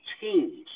teams